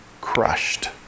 crushed